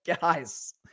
guys